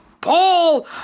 Paul